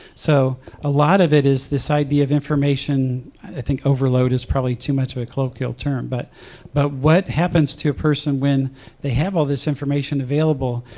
so a lot of it is this idea of information i think overload is probably too much of a colloquial term, but but what happens to a person when they have all this information available?